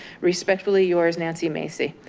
respectfully yours, nancy macy.